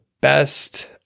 best